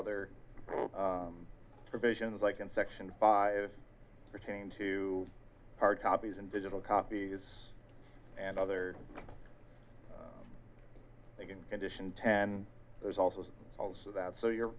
other provisions like in section five pertain to hard copies and digital copies and other they can condition ten there's also also that so you're